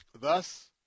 Thus